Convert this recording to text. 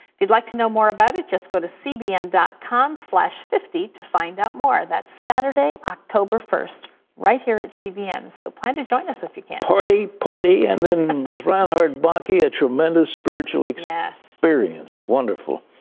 if you'd like to know more about it, just go to cbn dot com slash fifty to find out more. that's saturday, october first right here at cbn. so, plan to join us if you can. party, party, and then with reinhardt bonnke, a ah tremendous spiritual experience. yes. wonderful.